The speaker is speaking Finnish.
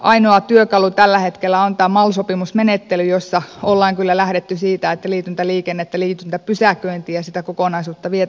ainoa työkalu tällä hetkellä on tämä mal sopimusmenettely jossa ollaan kyllä lähdetty siitä että liityntäliikennettä liityntäpysäköintiä ja sitä kokonaisuutta vietäisiin eteenpäin